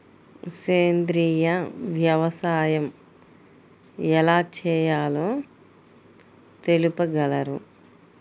సేంద్రీయ వ్యవసాయం ఎలా చేయాలో తెలుపగలరు?